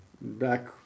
back